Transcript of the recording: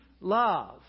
love